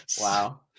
wow